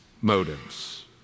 motives